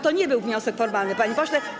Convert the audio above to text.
To nie był wniosek formalny, panie pośle.